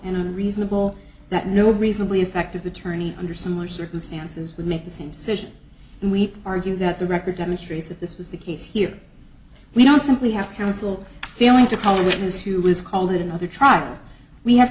and unreasonable that no reasonably effective attorney under similar circumstances would make the same situation and we argue that the record demonstrates that this was the case here we don't simply have counsel failing to call a witness who is called it another trial we have